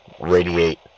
radiate